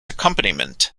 accompaniment